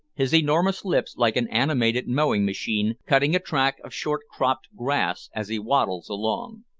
his enormous lips, like an animated mowing-machine, cutting a track of short cropped grass as he waddles along.